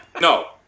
no